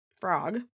frog